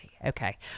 Okay